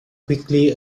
quickly